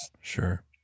Sure